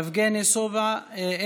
יבגני סובה,